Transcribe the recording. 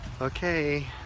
okay